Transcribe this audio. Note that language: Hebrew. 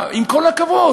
עם כל הכבוד,